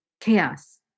Chaos